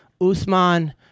Usman